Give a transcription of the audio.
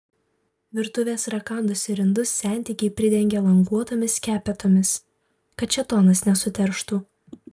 virtuvės rakandus ir indus sentikiai pridengia languotomis skepetomis kad šėtonas nesuterštų